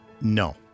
No